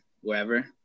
wherever